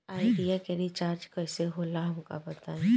Idea के recharge कईसे होला हमका बताई?